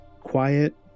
quiet